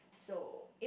so it